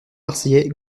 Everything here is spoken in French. marseillais